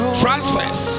transfers